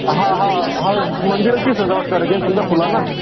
हा हा हा मंदिराची सजावट करायची आहे ना समद्या फुलांना